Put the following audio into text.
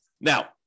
Now